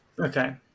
Okay